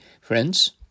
friends